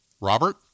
Robert